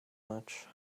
much